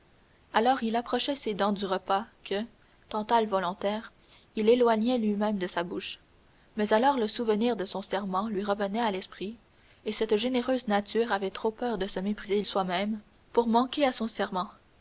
alors il approchait ses dents du repas que tantale volontaire il éloignait lui-même de sa bouche mais alors le souvenir de son serment lui revenait à l'esprit et cette généreuse nature avait trop peur de se mépriser soi-même pour manquer à son serment